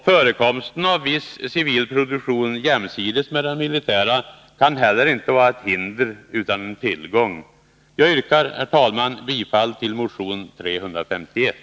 Förekomsten av viss civil produktion jämsides med den militära kan inte heller vara ett hinder utan en tillgång. Jag yrkar, herr talman, bifall till motion 351.